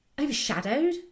overshadowed